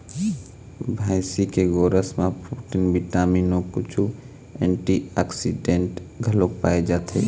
भइसी के गोरस म प्रोटीन, बिटामिन अउ कुछ एंटीऑक्सीडेंट्स घलोक पाए जाथे